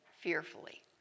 fearfully